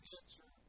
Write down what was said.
answer